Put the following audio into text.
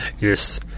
Yes